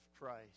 Christ